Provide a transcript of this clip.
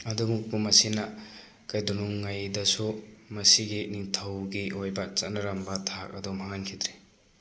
ꯑꯗꯨꯃꯛꯄꯨ ꯃꯁꯤꯅ ꯀꯩꯗꯧꯅꯨꯡꯉꯩꯗꯁꯨ ꯃꯁꯤꯒꯤ ꯅꯤꯡꯊꯧꯒꯤ ꯑꯣꯏꯕ ꯆꯠꯅꯔꯝꯕ ꯊꯥꯛ ꯑꯗꯨ ꯃꯥꯡꯍꯟꯈꯤꯗ꯭ꯔꯤ